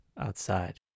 outside